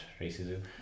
racism